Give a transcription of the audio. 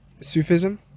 Sufism